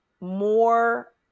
more